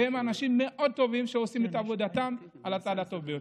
והם אנשים מאוד טובים שעושים את עבודתם על הצד הטוב ביותר.